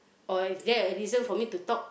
or is there a reason for me to talk